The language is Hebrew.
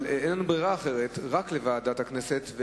אבל אין לנו ברירה, רק לוועדת הכנסת.